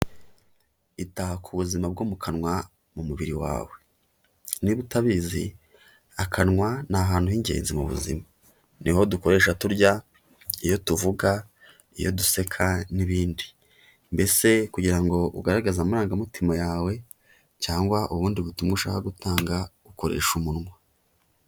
Ita ku buzima bwo mu kanwa mu mubiri wawe. Niba utabizi akanwa ni ahantu h'ingenzi mu buzima, niho dukoresha turya, iyo tuvuga, iyo duseka n'ibindi. Mbese kugira ngo ugaragaze amarangamutima yawe, cyangwa ubundi butumwa ushaka gutanga, ukoresha umunwa.